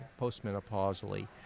postmenopausally